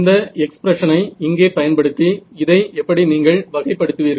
இந்த எக்ஸ்பிரஷனை இங்கே பயன்படுத்தி இதை எப்படி நீங்கள் வகை படுத்துவீர்கள்